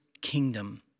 kingdom